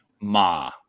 ma